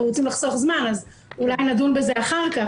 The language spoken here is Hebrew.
רוצים לחסוך זמן אז אולי נדון בזה אחר כך,